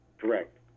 correct